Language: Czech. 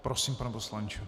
Prosím, pane poslanče.